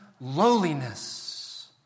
lowliness